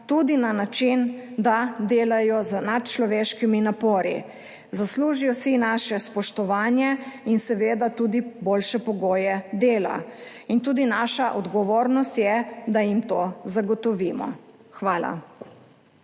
tudi na način, da delajo z nadčloveškimi napori. Zaslužijo si naše spoštovanje in seveda tudi boljše pogoje dela. Naša odgovornost je, da jim to tudi zagotovimo. Hvala.